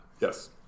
Yes